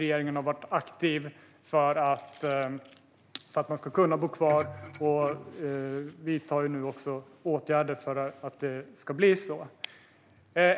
Regeringen har varit aktiv för att de ska kunna bo kvar och vidtar nu åtgärder för att det ska bli så.